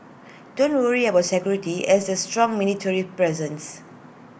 don't worry about security as there's strong military presence